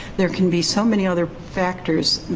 there can be so many other factors